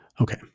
Okay